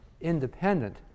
independent